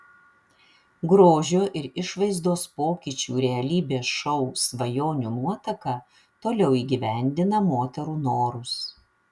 grožio ir išvaizdos pokyčių realybės šou svajonių nuotaka toliau įgyvendina moterų norus